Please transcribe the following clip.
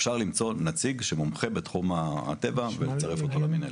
אפשר למצוא נציג שמומחה בתחום הטבע ולצרף אותו למינהלת.